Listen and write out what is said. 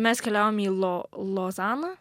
mes keliavom į lo lozaną